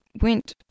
went